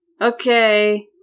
okay